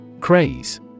Craze